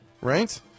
Right